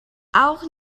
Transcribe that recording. auch